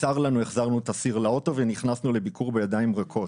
בצר לנו החזרנו את הסיר לאוטו ונכנסנו לביקור בידיים ריקות.